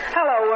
Hello